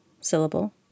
Syllable